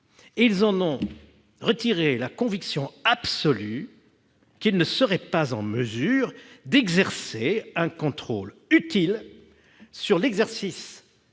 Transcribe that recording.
ils en ont retiré la conviction absolue que ceux-ci ne seraient pas en mesure d'exercer un contrôle utile sur l'exercice